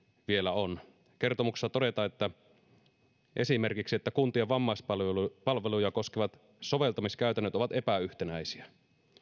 vielä on kertomuksessa todetaan esimerkiksi että kuntien vammaispalveluja koskevat soveltamiskäytännöt ovat epäyhtenäisiä